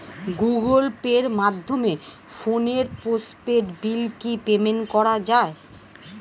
Google পের মাধ্যমে ফোনের পোষ্টপেইড বিল কি পেমেন্ট করা যায়?